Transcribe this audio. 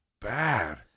bad